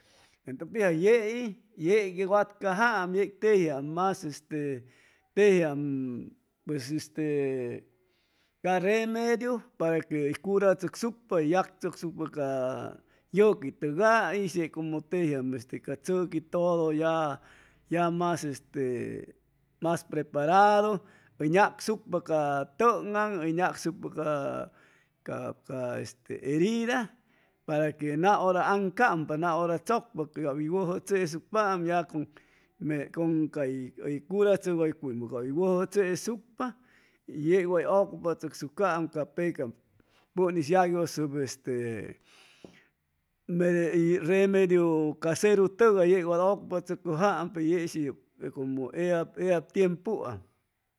Entʉ pitzaŋ yei yei wacajama yei tejiam mas este tejiam pues este ca remediu para que hʉy curachʉcsucpa hʉy yagchʉyshucpa ca yʉquitʉgais ye como tejiam ca tzʉqui todo ya mas este mas preparadu hʉy nacsucpa ca tʉŋaŋ hʉy nacsupa ca cap ca este herida para que naʉra aŋcampa naʉra chʉcpa cap hʉy wʉjʉ chesucpaam ya con cay curachʉgʉycuymʉ cap hʉy wʉjʉ chesucpa y yeg way ocupachʉsucpaam ca pecam pʉn'is yagyʉsʉ este remediu caserutʉgay yeg wat ocupachʉcʉjaam peye shi omo como ellab tiempuam